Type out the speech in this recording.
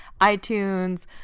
iTunes